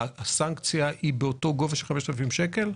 האם הסנקציה היא גם בגובה של 5,000 שקלים?